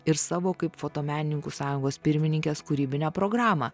ir savo kaip fotomenininkų sąjungos pirmininkės kūrybinę programą